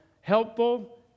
helpful